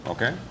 Okay